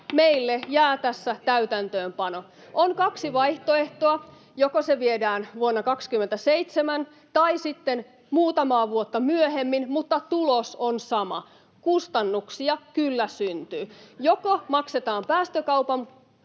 meille jää tässä täytäntöönpano. On kaksi vaihtoehtoa: joko se viedään vuonna 27 tai sitten muutamaa vuotta myöhemmin — mutta tulos on sama, kustannuksia kyllä syntyy. Joko maksetaan päästökaupan